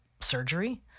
surgery